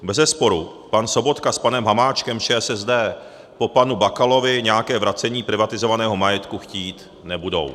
Bezesporu pan Sobotka s panem Hamáčkem z ČSSD po panu Bakalovi nějaké vracení privatizovaného majetku chtít nebudou.